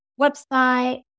website